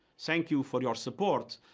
thank you for your support,